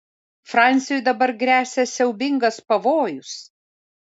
fransiui dabar gresia siaubingas pavojus